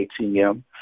ATM